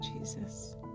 Jesus